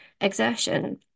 exertion